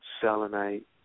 selenite